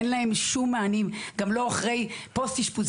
אין להם שום מענים, גם לא אחרי פוסט-אשפוזי.